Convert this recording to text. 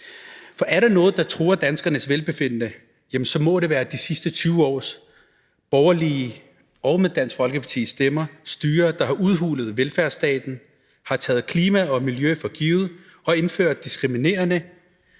For er der noget, der truer danskernes velbefindende, så må det være de sidste 20 års borgerlige og med Dansk Folkepartis stemmer styre, der har udhulet velfærdsstaten, har taget klima og miljø for givet og indført diskriminerende